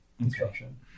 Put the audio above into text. instruction